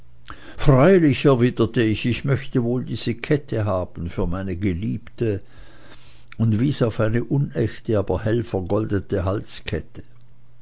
freilich erwiderte ich ich möchte wohl diese kette haben für meine geliebte und wies auf eine unechte aber hell vergoldete halskette